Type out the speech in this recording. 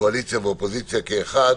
קואליציה כאופוזיציה כאחד